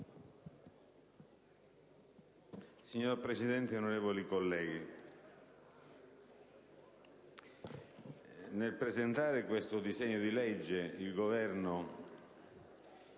Signor Presidente, onorevoli colleghi, nel presentare questo disegno di legge il Governo